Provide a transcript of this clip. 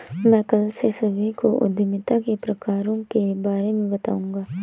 मैं कल से सभी को उद्यमिता के प्रकारों के बारे में बताऊँगा